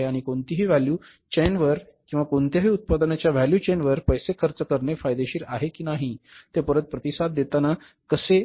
आणि कोणत्याही व्हॅल्यू चेनवर किंवा कोणत्याही उत्पादनाच्या व्हॅल्यू चेनवर पैसे खर्च करणे फायदेशीर आहे की नाही ते परत प्रतिसाद देताना कसे